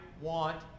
want